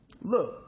Look